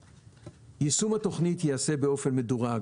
יישום התוכנית ייעשה באופן מדורג,